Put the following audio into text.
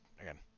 again